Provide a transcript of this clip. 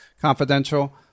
confidential